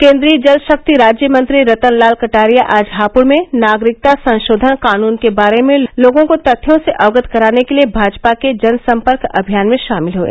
केंद्रीय जल शक्ति राज्य मंत्री रतनलाल कटारिया आज हापुड़ में नागरिकता संशोधन क़ानून के बारे में लोगों को तथ्यों से अवगत कराने के लिए भाजपा के जनसंपर्क अभियान में शामिल हुए